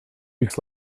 weeks